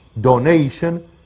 donation